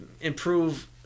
improve